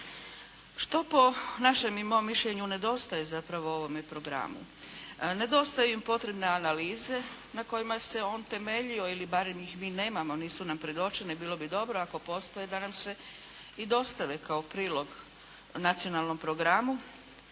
Što po našem i mom mišljenju nedostaje zapravo ovome programu. Nedostaju im potrebne analize na kojima se on temeljio ili barem ih mi nemamo, nisu nam predočene, bilo bi dobro ako postoje da nam se i dostave kao prilog nacionalnom programu